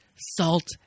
salt